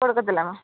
കൊടുക്കത്തില്ല മാം